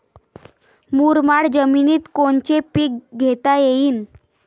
मुरमाड जमिनीत कोनचे पीकं घेता येईन?